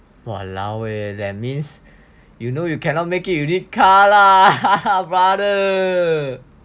!walao! eh that means you know you cannot make it you need car lah brother